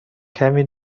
کمی